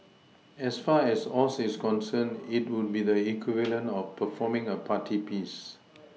as far as Oz is concerned it would be the equivalent of performing a party piece